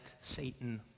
Satan